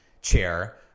chair